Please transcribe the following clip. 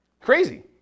Crazy